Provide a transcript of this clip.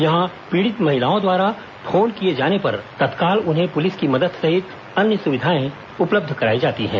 यहां पीड़ित महिलाओं द्वारा फोन किए जाने पर तत्काल उन्हें पुलिस की मदद सहित अन्य सुविधाएं उपलब्ध कराई जाती है